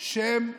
שהם נאשמים,